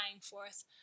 forth